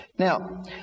Now